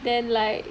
than like